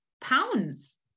pounds